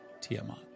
Tiamat